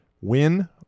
win